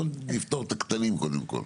בוא נפתור את הקטנים קודם כל.